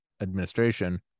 administration